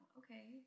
okay